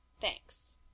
Thanks